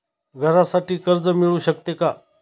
घरासाठी कर्ज मिळू शकते का?